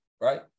right